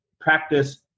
practice